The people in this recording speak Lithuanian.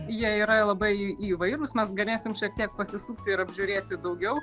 jie yra labai įvairūs mes galėsim šiek tiek pasisukti ir apžiūrėti daugiau